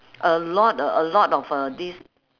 a lot a a lot of uh this